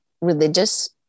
religious